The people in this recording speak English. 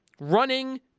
Running